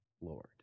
Lord